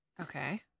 Okay